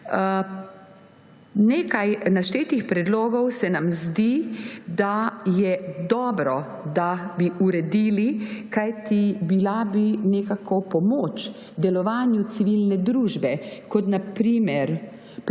Nekaj naštetih predlogov se nam zdi, da je dobro, da bi uredili, kajti bili bi v pomoč delovanju civilne družbe, kot na primer: